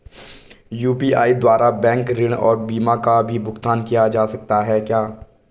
UPI द्वारा bank ऋण और बीमा का भी भुगतान किया जा सकता है?